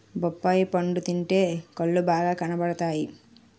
బొప్పాయి పండు తింటే కళ్ళు బాగా కనబడతాయట